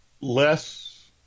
Less